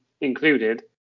included